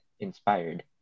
inspired